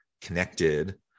connected